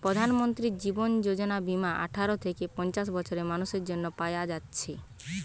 প্রধানমন্ত্রী জীবন যোজনা বীমা আঠারো থিকে পঞ্চাশ বছরের মানুসের জন্যে পায়া যাচ্ছে